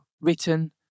written